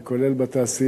זה כולל בתעשייה,